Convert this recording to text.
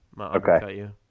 Okay